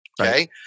Okay